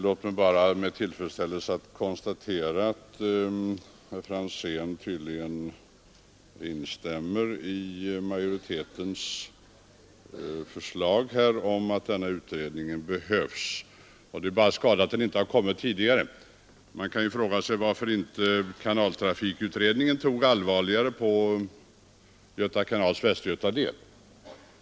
Låt mig bara med tillfredsställelse konstatera att herr Franzén tydligen instämmer i majoritetens förslag här om att denna utredning behövs. Det är bara skada att den inte kommit tidigare. Man kan fråga sig varför inte kanaltrafikutredningen tog allvarligare på Göta kanals västgötadel.